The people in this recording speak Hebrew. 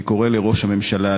אני קורא לראש הממשלה,